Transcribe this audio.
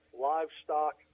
livestock